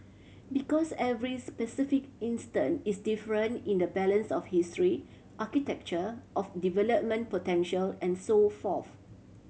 because every specific instance is different in the balance of history architecture of development potential and so forth